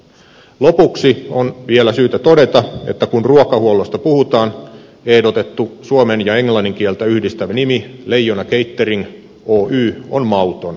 lopuksi on vielä syytä todeta että kun ruokahuollosta puhutaan ehdotettu suomen ja englannin kieltä yhdistävä nimi leijona catering oy on mauton